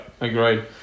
agreed